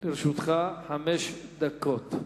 לרשותך חמש דקות.